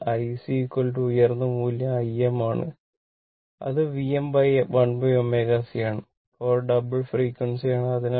ഇത് IC ഉയർന്ന മൂല്യം Im ആണ് അത് Vm1ω C ആണ് പവർ ഡബിൾ ഫ്രേക്യുഎൻസി ആണ്